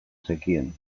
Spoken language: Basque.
zekien